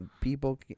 people